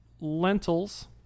Lentils